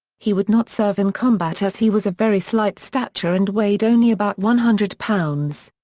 he would not serve in combat as he was of very slight stature and weighed only about one hundred pounds.